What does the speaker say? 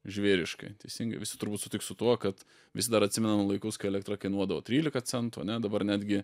žvėriškai teisingai visi turbūt sutiks su tuo kad visi dar atsimenam laikus kai elektra kainuodavo trylika centų ane dabar netgi